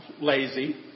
lazy